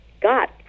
got